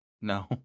No